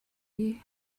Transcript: you